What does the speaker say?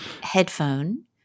headphone